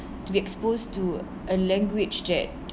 to be exposed to a language that